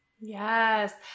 Yes